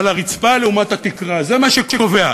על הרצפה לעומת התקרה, זה מה שקובע.